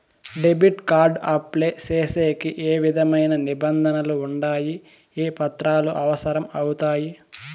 Debit card apply సేసేకి ఏ విధమైన నిబంధనలు ఉండాయి? ఏ పత్రాలు అవసరం అవుతాయి?